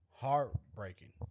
heartbreaking